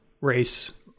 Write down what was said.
Race